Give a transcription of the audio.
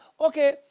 Okay